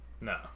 No